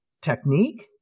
technique